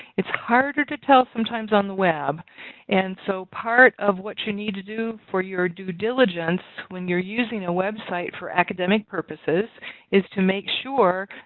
it's harder to tell sometimes on the web and so part of what you need to do for your due diligence when you're using a web site for academic purposes is to make sure.